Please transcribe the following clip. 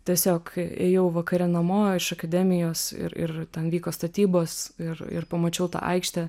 tiesiog ėjau vakare namo iš akademijos ir ir ten vyko statybos ir ir pamačiau tą aikštę